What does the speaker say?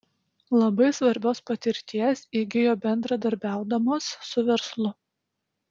labai svarbios patirties įgijo bendradarbiaudamos su verslu